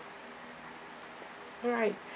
right